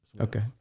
Okay